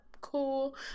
cool